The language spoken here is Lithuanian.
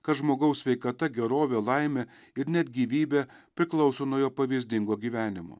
kad žmogaus sveikata gerovė laimė ir net gyvybė priklauso nuo jo pavyzdingo gyvenimo